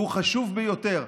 והוא חשוב ביותר.